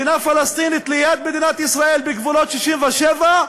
מדינה פלסטינית ליד מדינת ישראל בגבולות 67',